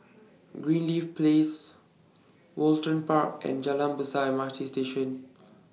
Greenleaf Place Woollerton Park and Jalan Besar M R T Station